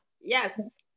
Yes